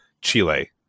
Chile